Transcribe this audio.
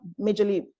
majorly